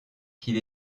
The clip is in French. qu’il